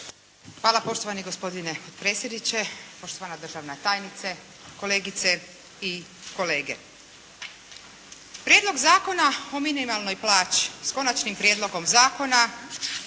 Hvala poštovani gospodine potpredsjedniče, poštovana državna tajnice, kolegice i kolege. Prijedlog zakona o minimalnoj plaći sa Konačnim prijedlogom zakona